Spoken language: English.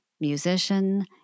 musician